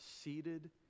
seated